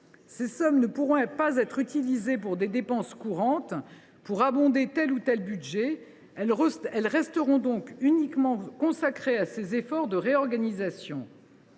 Ces sommes ne pourront être utilisées pour des dépenses courantes, pour abonder tel ou tel budget. Elles resteront donc uniquement consacrées à ces efforts de réorganisation.